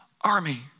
army